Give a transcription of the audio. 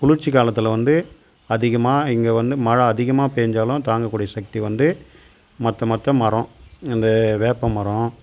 குளிர்ச்சி காலத்தில் வந்து அதிகமாக இங்கே வந்து மழை அதிகமாக பேஞ்சாலும் தாங்க கூடிய சக்தி வந்து மற்ற மற்ற மரம் இந்த வேப்ப மரம்